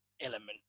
element